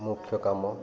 ମୁଖ୍ୟ କାମ